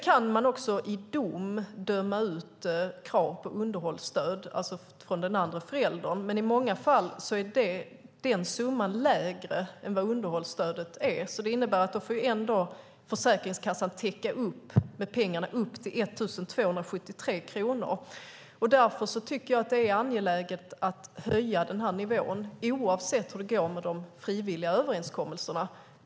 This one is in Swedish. Man kan också i domstol döma ut krav på underhållsstöd från den andra föräldern, men i många fall är den summan lägre än underhållsstödet. Det innebär att Försäkringskassan får täcka upp med pengar upp till 1 273 kronor. Därför tycker jag att det är angeläget att höja nivån, oavsett hur det går med de frivilliga överenskommelserna.